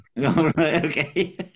Okay